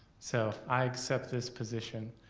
so i accept this position,